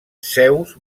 zeus